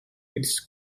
its